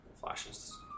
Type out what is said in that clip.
Flashes